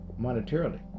monetarily